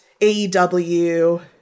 AEW